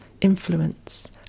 influence